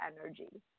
energy